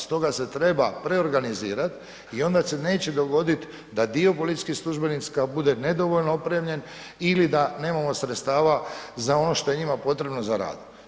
Stoga se treba preorganizirat i onda se neće dogodit da dio policijskih službenika bude nedovoljno opremljen ili da nemamo sredstava za ono što je njima potrebno za rad.